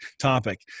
topic